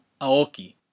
Aoki